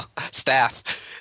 staff